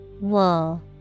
Wool